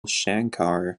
shankar